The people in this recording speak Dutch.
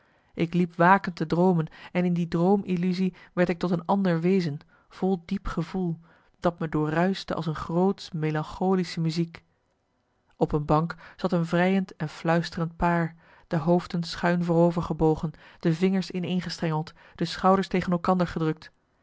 ik liep wakend te droomen en in die droom illusie werd ik tot een ander wezen vol diep gevoel dat me doorruischte als een grootsch melancholische muziek op een bank zat een vrijend en fluisterend paar de hoofden schuin voorovergebogen de vingers ineengestrengeld de schouders tegen elkander gedrukt